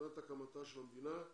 שנת הקמתה של המדינה,